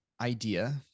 idea